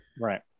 Right